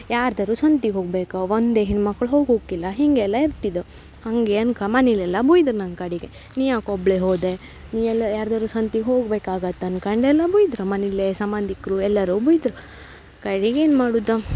ಯಾರ್ದಾರೂ ಸಂತಿಗೆ ಹೋಗ್ಬೇಕು ಒಂದೇ ಹೆಣ್ಮಕ್ಳು ಹೋಗುಕ್ಕಿಲ್ಲ ಹಿಂಗೆ ಎಲ್ಲ ಇರ್ತಿದೊ ಹಾಗೆ ಅನ್ಕ ಮನೇಲ್ ಎಲ್ಲ ಬಯ್ದ್ರು ನಂಗೆ ಕಡೆಗೆ ನೀ ಯಾಕೆ ಒಬ್ಬಳೇ ಹೋದೆ ನೀ ಎಲ್ಲ ಯಾರ್ದಾದ್ರೂ ಸಂತಿಗೆ ಹೋಗ್ಬೇಕಾಗಿತ್ ಅನ್ಕಂಡು ಎಲ್ಲ ಬಯ್ದ್ರು ಮನಿಲಿ ಸಂಬಂಧಿಕ್ರು ಎಲ್ಲರೂ ಬಯ್ದ್ರು ಕಡಿಗೆ ಏನು ಮಾಡೂದು